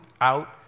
out